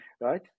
Right